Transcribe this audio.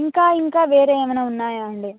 ఇంకా ఇంకా వేరే ఏమన్న ఉన్నాయా అండి